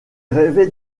rêvait